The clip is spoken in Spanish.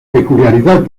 peculiaridad